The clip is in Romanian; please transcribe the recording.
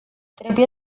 trebuie